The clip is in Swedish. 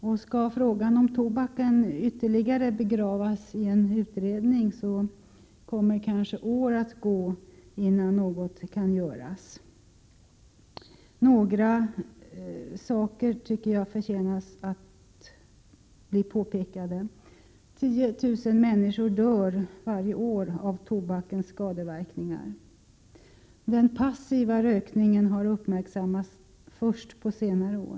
Och skall frågan om tobaken begravas i ytterligare en utredning så kommer kanske år att gå innan något kan göras. Några saker förtjänar ett påpekande: e Den passiva rökningen har uppmärksammats först på senare år.